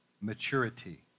maturity